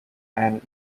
and